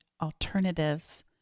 alternatives